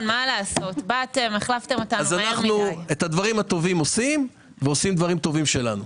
אנחנו את הדברים הטובים עושים ועושים דברים טובים שלנו.